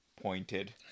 pointed